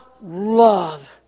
love